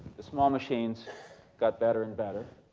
the small machines got better and better.